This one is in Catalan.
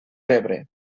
pebre